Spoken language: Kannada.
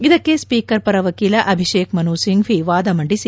ಇದಕ್ಕೆ ಸ್ಪೀಕರ್ ಪರ ವಕೀಲ ಅಭಿಷೇಕ್ ಮನು ಸಿಂಫ್ಸಿ ವಾದ ಮಂಡಿಸಿ